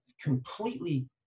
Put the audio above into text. completely